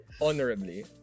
Honorably